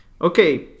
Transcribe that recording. Okay